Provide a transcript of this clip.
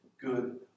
good